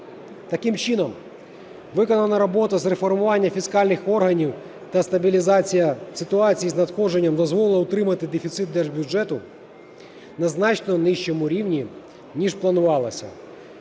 Таким чином виконана робота з реформування фіскальних органів та стабілізація ситуації з надходженням дозволила утримати дефіцит держбюджету на значно нижчому рівні ніж планувалося.